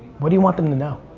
what do you want them to know?